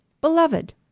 Beloved